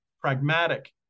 pragmatic